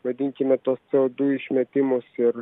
vadinkime tuos dujų išmetimus ir